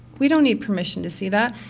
we don't need permission to see that.